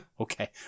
Okay